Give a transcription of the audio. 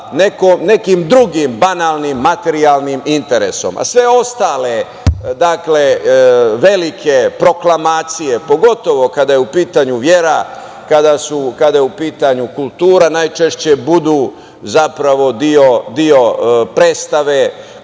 nekim drugim banalnim, materijalnim interesom. Sve ostale, velike proklamacije, pogotovo kada je u pitanju vera, kada je u pitanju kultura, najčešće budu zapravo deo predstave